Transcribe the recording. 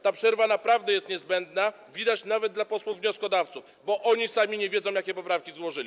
Ta przerwa naprawdę jest niezbędna, widać, nawet dla posłów wnioskodawców, bo oni sami nie wiedzą, jakie poprawki złożyli.